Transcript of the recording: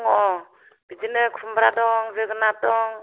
दङ' बिदिनो खुमब्रा दं जोगोनार दं